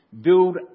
build